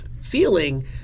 feeling